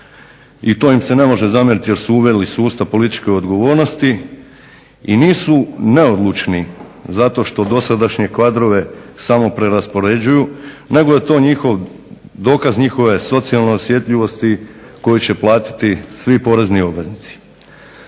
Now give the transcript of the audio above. i to im se ne može zamjeriti jer su uveli sustav političke odgovornosti i nisu neodlučni zato što dosadašnje kadrove samo preraspoređuju nego je to njihov dokaz njihove socijalne osjetljivosti koju će platiti svi porezni obveznici.